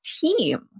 team